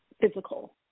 physical